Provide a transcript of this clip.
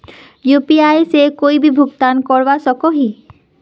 UPI से कोई भी भुगतान करवा सकोहो ही?